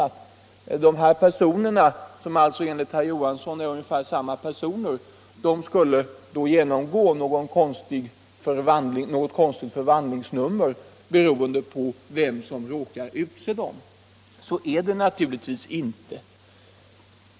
De här ledamöterna, som enligt herr Johansson är i princip samma personer, skulle alltså genomgå något konstigt förvandlingsnummer, beroende på vem som råkar utse dem. Så är det naturligtvis inte.